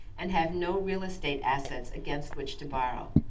and have no real estate assets against which to borrow.